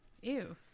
Ew